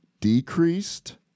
decreased